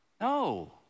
No